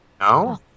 No